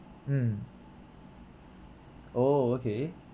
mm oh okay